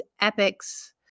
epics